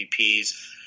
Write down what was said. MVPs